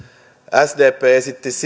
sdp esitti sitä